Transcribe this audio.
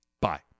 bye